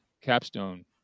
capstone